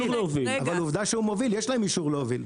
אבל עובדה שהוא מוביל, יש להם אישור להוביל.